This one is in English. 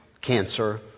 cancer